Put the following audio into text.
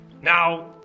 Now